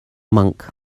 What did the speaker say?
monk